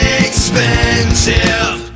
expensive